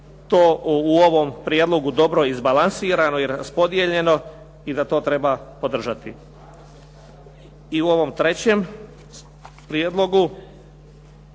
to u ovom prijedlogu dobro izbalansirano i raspodijeljeno i da to treba podržati. I u ovom trećem Prijedlogu